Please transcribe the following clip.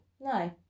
no